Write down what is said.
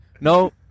No